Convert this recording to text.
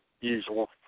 usual